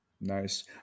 Nice